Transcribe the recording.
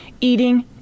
eating